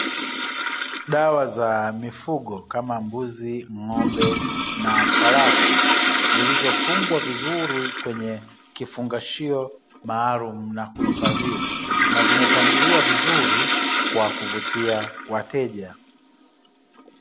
Dawa za mifugo kama mbuzi, ng'ombe na farasi zilizofungwa vizuri kwenye kifungashio maalumu na kuhifadhiwa na zimepangiliwa vizuri kwa kuvutia wateja.